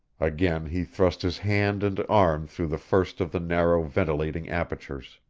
again he thrust his hand and arm through the first of the narrow ventilating apertures.